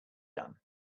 done